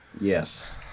Yes